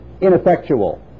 ineffectual